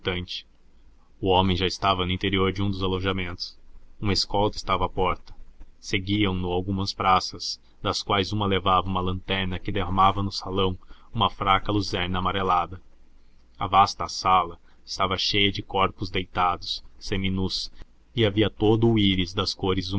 o homem já estava no interior de um dos alojamentos uma escolta estava à porta seguiam-se algumas praças das quais uma levava uma lanterna que derramava no salão uma fraca luzerna amarelada a vasta sala estava cheia de corpos deitados seminus e havia todo o íris das cores